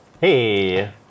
Hey